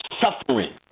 suffering